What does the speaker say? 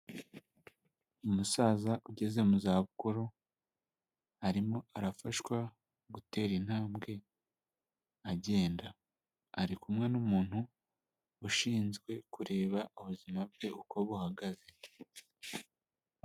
Umusaza ugeze mu zabukuru arimo arafashwa gutera intambwe agenda arikumwe n'umuntu ushinzwe kureba ubuzima bwe uko buhagaze.